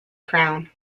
crown